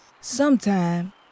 Sometime